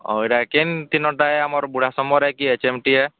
ଆମର ବୁଢ଼ା ସମୟରେ କିଏ ଚିମ୍ଟିଏ